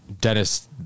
Dennis